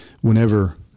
whenever